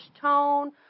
tone